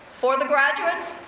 for the graduates,